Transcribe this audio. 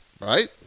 right